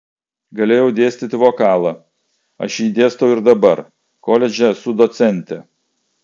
galėjau dėstyti vokalą aš jį dėstau ir dabar koledže esu docentė